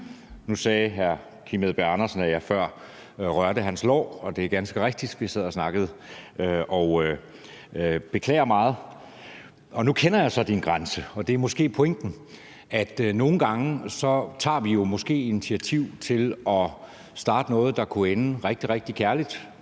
Nu sagde hr. Kim Edberg Andersen, at jeg før rørte hans lår, og det er ganske rigtigt. Vi sad og snakkede. Jeg beklager meget, og nu kender jeg så din grænse, og det er måske pointen. Nogle gange tager vi måske initiativ til at starte noget, der kunne ende rigtig, rigtig kærligt